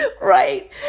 right